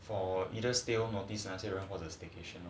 for either stay home notice 或者 staycation